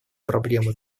проблему